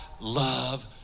love